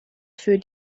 für